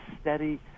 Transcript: steady